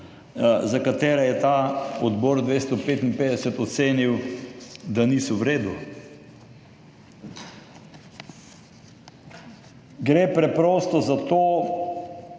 za katere je Odbor 255 ocenil, da niso v redu. Gre preprosto za to,